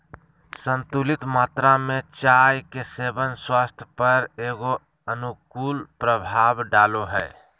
संतुलित मात्रा में चाय के सेवन स्वास्थ्य पर एगो अनुकूल प्रभाव डालो हइ